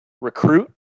recruit